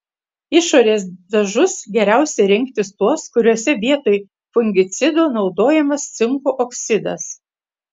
išorės dažus geriausia rinktis tuos kuriuose vietoj fungicido naudojamas cinko oksidas